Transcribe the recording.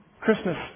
Christmas